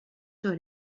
sur